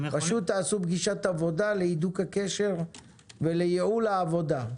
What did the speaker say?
פשוט תעשו פגישת עבודה להידוק הקשר ולייעול העבודה.